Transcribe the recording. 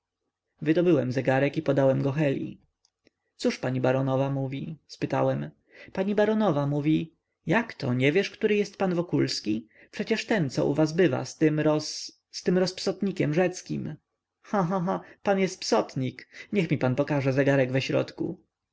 pan pokaże wydobyłem zegarek i podałem go heli cóż pani baronowa mówi spytałem pani baronowa mówi jakto nie wiesz który jest pan wokulski przecież ten co u was bywa z tym roz z tym rozpsotnikiem rzeckim cha cha cha pan jest psotnik niech mi pan pokaże zegarek we środku